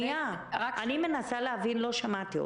אני מנסה להבין, לא שמעתי אותה.